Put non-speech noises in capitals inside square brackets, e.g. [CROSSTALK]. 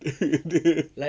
[LAUGHS]